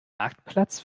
marktplatz